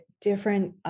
different